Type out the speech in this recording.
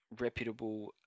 reputable